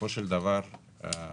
בסופו של דבר גם